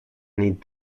need